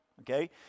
okay